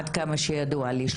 עד כמה שידוע לי,